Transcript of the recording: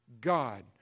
God